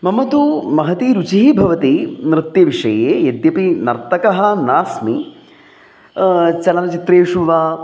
मम तु महती रुचिः भवति नृत्यविषये यद्यपि नर्तकः नास्मि चलनचित्रेषु वा